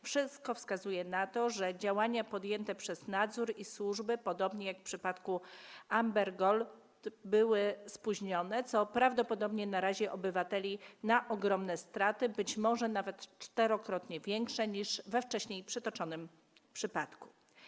Wszystko wskazuje na to, że działania podjęte przez nadzór i służby, podobnie jak w przypadku Amber Gold, były spóźnione, co prawdopodobnie narazi obywateli na ogromne straty, być może nawet czterokrotnie większe niż we wcześniej przytoczonym przypadku.